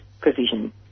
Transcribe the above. provision